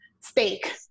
steak